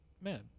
Man